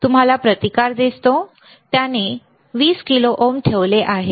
तुम्हाला प्रतिकार दिसतो त्याने सुमारे 20 किलो ओम ठेवले आहे